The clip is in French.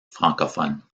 francophones